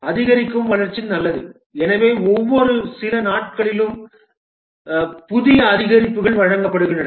அதிகரிக்கும் வளர்ச்சி நல்லது எனவே ஒவ்வொரு சில நாட்களிலும் புதிய அதிகரிப்புகள் வழங்கப்படுகின்றன